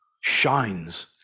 shines